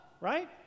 right